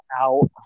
out